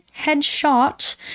headshot